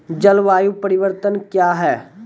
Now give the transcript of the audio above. जलवायु परिवर्तन कया हैं?